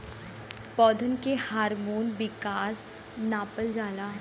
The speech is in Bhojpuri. पौधन के हार्मोन विकास नापल जाला